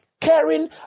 caring